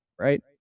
right